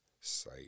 sight